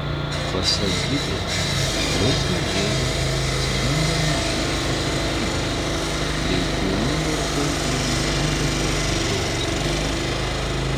pasak gidės laikui bėgant atsiranda maži įtrūkimai dėl kurių varpai ima nebe taip gausti